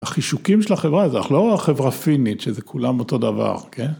החישוקים של החברה הזאת, אנחנו לא חברה פינית שזה כולם אותו דבר, כן?